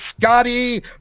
scotty